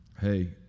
Hey